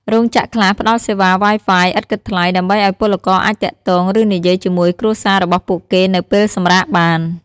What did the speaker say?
រោងចក្រខ្លះផ្តល់សេវា Wi-Fi ឥតគិតថ្លៃ ដើម្បីឱ្យពលករអាចទាក់ទង ឬនិយាយជាមួយគ្រួសាររបស់ពួកគេនៅពេលសម្រាកបាន។